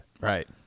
Right